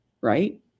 right